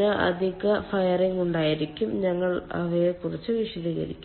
ന് അധിക ഫയറിംഗ് ഉണ്ടായിരിക്കും ഞങ്ങൾ അവയെക്കുറിച്ച് വിശദീകരിക്കും